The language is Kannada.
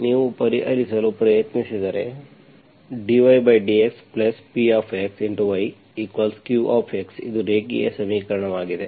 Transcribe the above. ನೀವು ಪರಿಹರಿಸಲು ಪ್ರಯತ್ನಿಸಿದರೆ dydx Px yqx ಇದು ರೇಖೀಯ ಸಮೀಕರಣವಾಗಿದೆ